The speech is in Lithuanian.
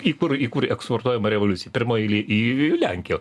į kur į kur eksportuojama revoliucija pirmoj eilėj į lenkiją